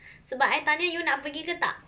sebab I tanya you nak pergi ke tak